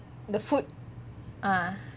the foot ah